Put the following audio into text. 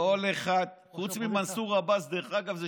חוץ ממנסור עבאס, דרך אגב.